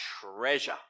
treasure